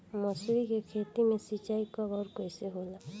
मसुरी के खेती में सिंचाई कब और कैसे होला?